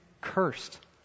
cursed